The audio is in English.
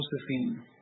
Josephine